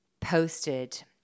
posted